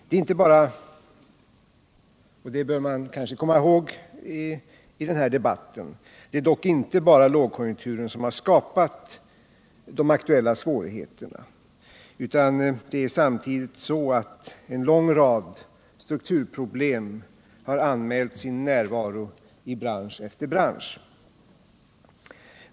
Det är inte bara lågkonjunkturen, vilket man bör komma ihåg i den här debatten, som har skapat de aktuella svårigheterna, utan samtidigt har en lång rad strukturproblem anmält sin närvaro i bransch efter bransch.